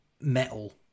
metal